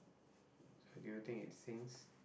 so do you think it sinks